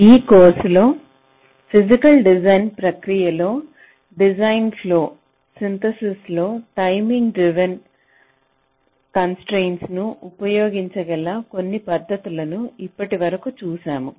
ఈ కోర్సులో physical design ప్రక్రియ లో డిజైన్ ఫ్లొ సింథసిస్ లో టైమింగ్ డ్రివెన్ కంస్ట్రయిన్ట్స్ ను ఉపయోగించగల కొన్ని పద్ధతులను ఇప్పటివరకు చూశాము